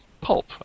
pulp